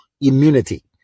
immunity